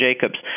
Jacobs